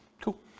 Cool